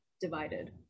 divided